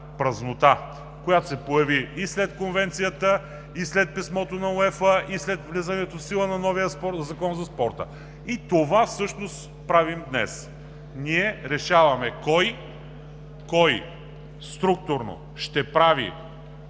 празнота, която се появи и след Конвенцията, и след писмото на УЕФА, и след влизането в сила на новия Закон за спорта. И това всъщност правим днес. Ние решаваме кой структурно ще прави